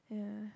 yeah